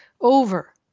over